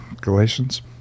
Galatians